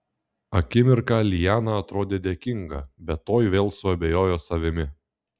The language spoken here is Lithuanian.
akimirką liana atrodė dėkinga bet tuoj vėl suabejojo savimi